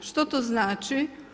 Što to znači?